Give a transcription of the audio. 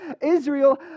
Israel